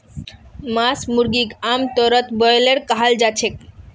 मांस मुर्गीक आमतौरत ब्रॉयलर कहाल जाछेक